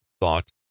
thought